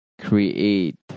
create